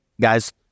guys